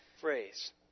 phrase